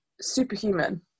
superhuman